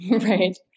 Right